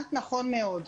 הבנת נכון מאוד.